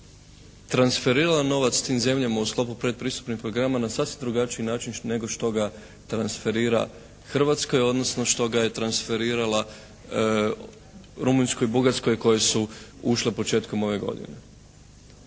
transferirala novac tim zemljama u sklopu predpristupnih programa na sasvim drugačiji način nego što ga transferira Hrvatskoj, odnosno što ga je transferirala Rumunjskoj, Bugarskoj koje su ušle početkom ove godine.